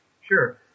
Sure